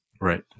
Right